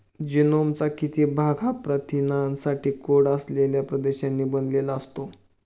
जीनोमचा किती भाग हा प्रथिनांसाठी कोड असलेल्या प्रदेशांनी बनलेला असतो?